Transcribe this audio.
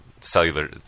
cellular